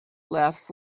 laughs